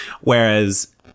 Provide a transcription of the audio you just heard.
Whereas